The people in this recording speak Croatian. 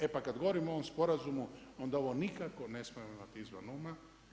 E pa kad govorim o ovom sporazumu, onda ovo nikako ne smijemo imati izvan uma.